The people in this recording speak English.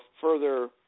further